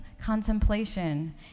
contemplation